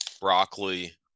broccoli